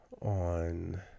on